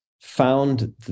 found